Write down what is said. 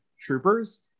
troopers